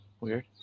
Weird